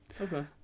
Okay